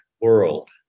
world